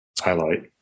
highlight